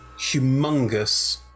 humongous